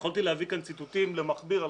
יכולתי להביא כאן ציטוטים למכביר על